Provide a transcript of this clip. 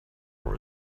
over